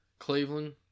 Cleveland